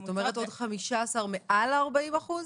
אז זאת אומרת עוד 15 אחוז מעל ה-40 אחוז?